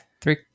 three